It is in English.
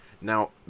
Now